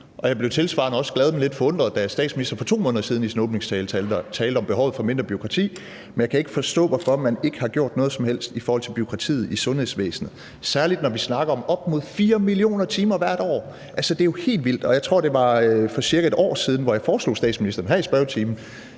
men lidt forundret, da statsministeren for to måneder siden i sin åbningstale talte om behovet for mindre bureaukrati. Men jeg kan ikke forstå, hvorfor man ikke har gjort noget som helst i forhold til bureaukratiet i sundhedsvæsenet, særlig når vi snakker om op mod 4 millioner timer hvert år. Altså, det er jo helt vildt. Jeg tror, det er cirka et år siden, jeg egentlig foreslog statsministeren lidt det